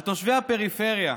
על תושבי הפריפריה,